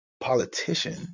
politician